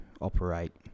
operate